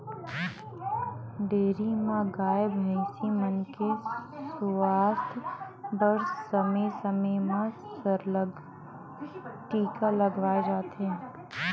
dairy म गाय, भइसी मन के सुवास्थ बर समे समे म सरलग टीका लगवाए जाथे